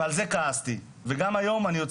ועל זה כעסתי וגם היום,